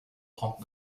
trente